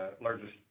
largest